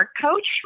coach